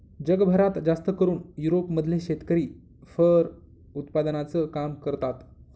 जगभरात जास्तकरून युरोप मधले शेतकरी फर उत्पादनाचं काम करतात